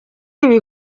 ibi